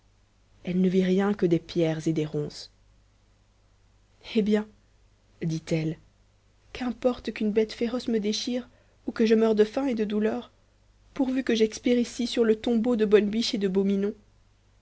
elle ne vit rien que des pierres et des ronces eh bien dit-elle qu'importe qu'une bête féroce me déchire ou que je meure de faim et de douleur pourvu que j'expire ici sur le tombeau de bonne biche et de